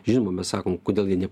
žinoma mes sakom kodėl jie ne